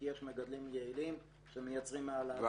כי יש מגדלים יעילים שמייצרים מעל הנורמה.